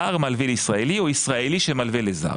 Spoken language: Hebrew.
הזר מלווה לישראלי או ישראלי מלווה לזר.